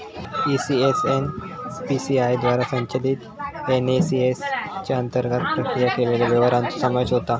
ECS NPCI द्वारे संचलित NACH च्या अंतर्गत प्रक्रिया केलेल्या व्यवहारांचो समावेश होता